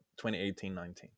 2018-19